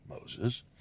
Moses